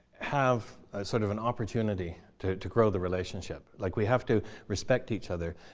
have sort of an opportunity to to grow the relationship. like we have to respect each other.